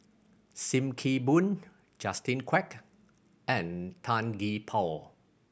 Sim Kee Boon Justin Quek and Tan Gee Paw